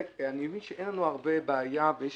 אני מבין שאין לנו הרבה בעיה ויש